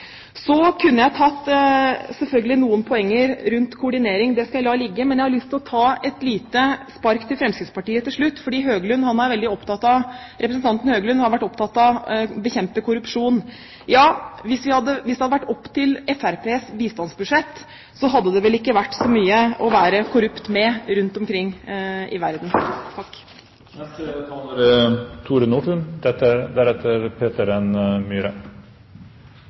Så kunne jeg selvfølgelig kommet med noen poenger rundt koordinering. Det skal jeg la ligge, men jeg har lyst til å ta et lite spark til Fremskrittspartiet til slutt, fordi representanten Høglund har vært opptatt av å bekjempe korrupsjon. Ja, hvis det hadde vært opp til Fremskrittspartiets bistandsbudsjett, hadde det vel ikke vært så mye å være korrupt med rundt omkring i verden. Takk til utenriksministeren for en fremragende redegjørelse i denne viktige sak. La meg understreke at vi er